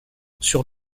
sur